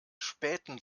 späten